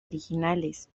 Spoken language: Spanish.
originales